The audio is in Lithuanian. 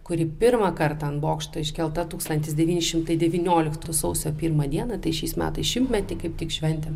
kuri pirmą kartą ant bokšto iškelta tūkstantis devyni šimtai devynioliktų sausio pirmą dieną tai šiais metais šimtmetį kaip tik šventėm